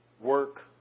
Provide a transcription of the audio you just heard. Work